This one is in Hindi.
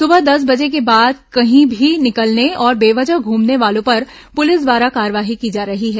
सुबह दस बजे के बाद कहीं भी निकलने और बेवजह घूमने वालों पर पुलिस द्वारा कार्रवाई की जा रही है